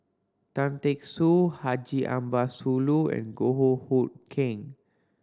Tan Teck Soo Haji Ambo Sooloh and Goh Hood Keng